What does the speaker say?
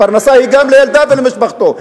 הפרנסה היא גם לילדיו ולמשפחתו.